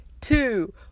two